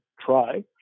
try